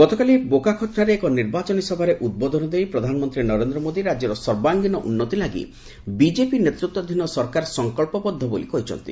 ଗତକାଲି ବୋକାଖତଠାରେ ଏକ ନିର୍ବାଚନୀ ସଭାରେ ଉଦ୍ବୋଧନ ଦେଇ ପ୍ରଧାନମନ୍ତ୍ରୀ ନରେନ୍ଦ୍ର ମୋଦୀ ରାଜ୍ୟର ସର୍ବାଙ୍ଗୀନ ଉନ୍ନତି ଲାଗି ବିଜେପି ନେତୃତ୍ୱାଧୀନ ସରକାର ସଂକଳ୍ପବଦ୍ଧ ବୋଲି କହିଛନ୍ତି